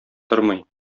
тормый